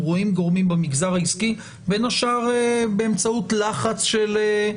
רואים גורמים במגזר העסקי בין השאר באמצעות לחץ של,